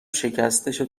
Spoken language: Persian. شکستشو